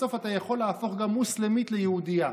בסוף אתה יכול להפוך גם מוסלמית ליהודייה.